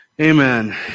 Amen